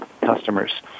customers